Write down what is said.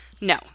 No